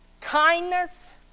kindness